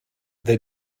they